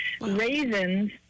Raisins